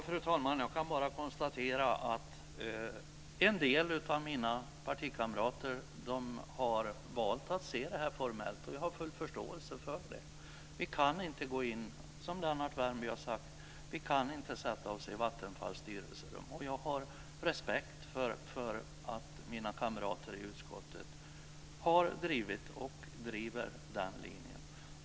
Fru talman! Jag kan bara konstatera att en del av mina partikamrater har valt att se det här formellt. Jag har full förståelse för det. Vi kan inte, som Lennart Värmby har sagt, sätta oss i Vattenfalls styrelserum. Jag har respekt för att mina kamrater i utskottet har drivit och driver den linjen.